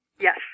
Yes